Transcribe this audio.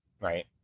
right